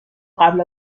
قبل